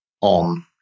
on